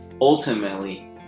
ultimately